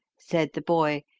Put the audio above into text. said the boy,